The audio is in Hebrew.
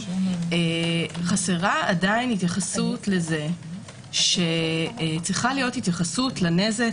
חסרה עדיין התייחסות לזה שצריכה להיות התייחסות לנזק,